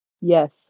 Yes